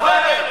זה לא חרם.